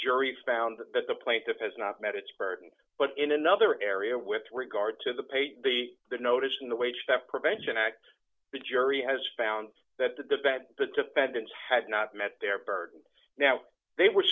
jury found that the plaintiff has not met its burden but in another area with regard to the page the notice in the wage that prevention act the jury has found that the bad the defendants had not met their burden now they were